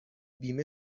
بیمه